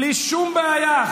בלי שום בעיה,